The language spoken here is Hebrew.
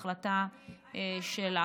ההחלטה שלך.